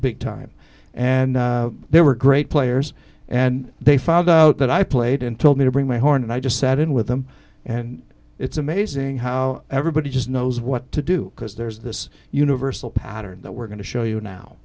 big time and they were great players and they found out that i played in told me to bring my horn and i just sat in with them and it's amazing how everybody just knows what to do because there's this universal pattern that we're going to show you now